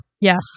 Yes